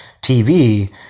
TV